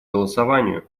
голосованию